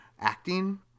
acting